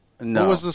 No